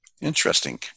interesting